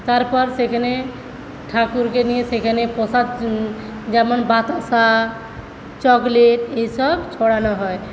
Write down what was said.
তারপর সেখানে ঠাকুরকে নিয়ে সেখানে প্রসাদ যেমন বাতাসা চকলেট এই সব ছড়ানো হয়